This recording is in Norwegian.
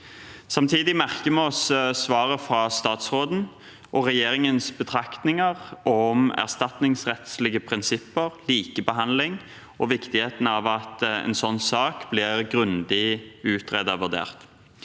Samtidig merker vi oss svaret fra statsråden og regjeringens betraktninger om erstatningsrettslige prinsipper, likebehandling og viktigheten av at en sånn sak blir grundig utredet og vurdert.